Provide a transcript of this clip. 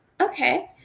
Okay